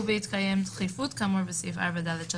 ובהתקיים דחיפות כאמור בסעיף 4(ד)(3)